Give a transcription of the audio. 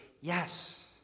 yes